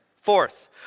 Fourth